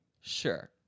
Sure